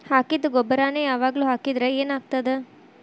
ಹಾಕಿದ್ದ ಗೊಬ್ಬರಾನೆ ಯಾವಾಗ್ಲೂ ಹಾಕಿದ್ರ ಏನ್ ಆಗ್ತದ?